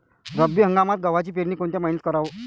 रब्बी हंगामात गव्हाची पेरनी कोनत्या मईन्यात कराव?